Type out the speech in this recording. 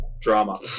drama